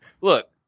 look